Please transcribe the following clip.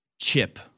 chip